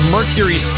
Mercury